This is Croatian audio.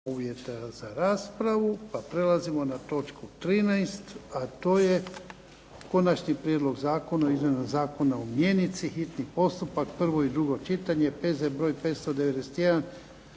uvjeta za raspravu, pa prelazimo na točku 13. - Konačni prijedlog zakona o izmjeni Zakona o mjenici, hitni postupak, prvo i drugo čitanje, P.Z. br. 591